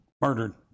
Murdered